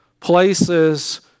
places